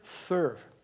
serve